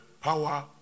power